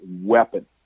weapon